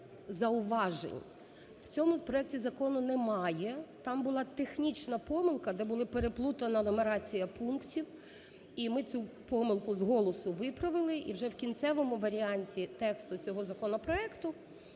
у цьому проекті закону немає. Там була технічна помилка, де була переплутана нумерація пунктів, і ми цю помилку з голосу виправили, і вже в кінцевому варіанті тексту цього законопроекту